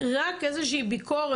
ראיתי את התקציב למשרד בט"פ,